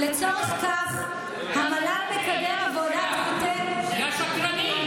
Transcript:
לצורך זה המל"ל מקדם עבודת מטה, את שקרנית.